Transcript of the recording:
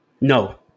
No